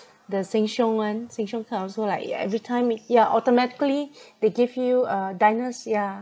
the Sheng Siong [one] Sheng Siong card also like you every time yeah automatically they give you uh diners yeah